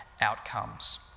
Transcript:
outcomes